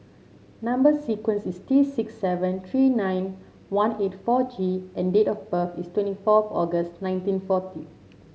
number sequence is T six seven three nine one eight four G and date of birth is twenty four August nineteen forty